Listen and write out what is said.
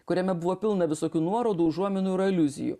kuriame buvo pilna visokių nuorodų užuominų ir aliuzijų